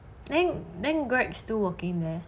then then greg still working there